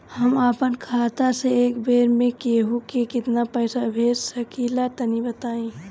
हम आपन खाता से एक बेर मे केंहू के केतना पईसा भेज सकिला तनि बताईं?